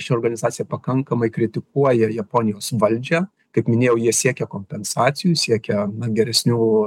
ši organizacija pakankamai kritikuoja japonijos valdžią kaip minėjau jie siekia kompensacijų siekia geresnių